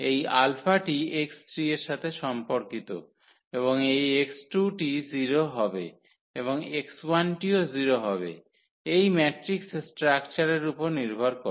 এই α টি x3 এর সাথে সম্পর্কিত এবং এই x2 টি 0 হবে এবং x1 টিও 0 হবে এই ম্যাট্রিক্স স্ট্রাকচারের উপর নির্ভর করে